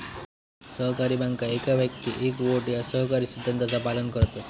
सहकारी बँका एक व्यक्ती एक वोट या सहकारी सिद्धांताचा पालन करतत